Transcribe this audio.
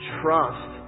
trust